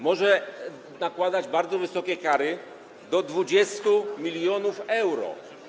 Może nakładać bardzo wysokie kary do 20 mln euro.